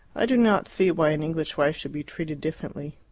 i do not see why an english wife should be treated differently.